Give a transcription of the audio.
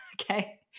Okay